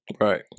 Right